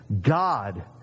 God